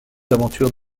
aventures